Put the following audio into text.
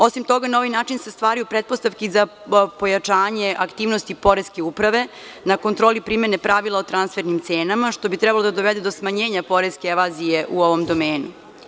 Osim toga, na ovaj način se stvaraju pretpostavke za pojanje aktivnosti poreske uprave na kontroli primene pravila o transfernim cenama, što bi trebalo da dovede do smanjenje poreske evazije u ovom domenu.